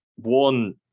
one